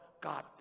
God